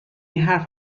حرف